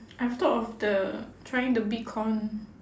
I've thought of the trying the bitcoin